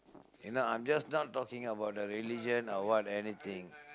you know I'm just not talking about the religion or what anything